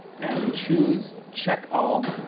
and we choose check all,